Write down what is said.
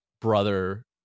brother